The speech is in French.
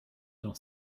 dans